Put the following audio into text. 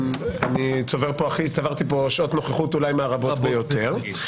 צברתי פה שעות נוכחות מהרבות ביותר.